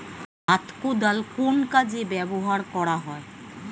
হাত কোদাল কোন কাজে ব্যবহার করা হয়?